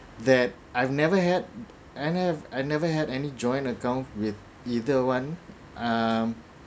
that I've never had I nev~ I never had any joint account with either one um